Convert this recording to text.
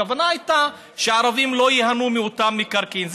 הכוונה הייתה שערבים לא ייהנו מאותם מקרקעין.